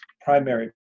primary